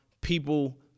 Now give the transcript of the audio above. people